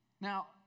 Now